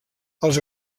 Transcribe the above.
els